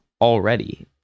already